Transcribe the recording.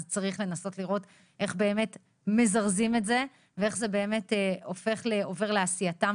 אז צריך לנסות לראות איך באמת מזרזים את זה ואיך באמת הופך ועובר לעשייתם